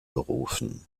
berufen